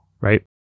right